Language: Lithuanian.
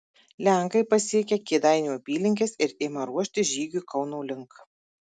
lenkai pasiekia kėdainių apylinkes ir ima ruoštis žygiui kauno link